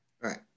Right